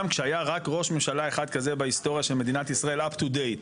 כשהיה רק ראש ממשלה אחד כזה בהיסטוריה של מדינת ישראל up to date.